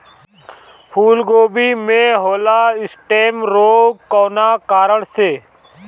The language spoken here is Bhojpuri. फूलगोभी में होला स्टेम रोग कौना कारण से?